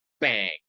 Bang